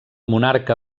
monarca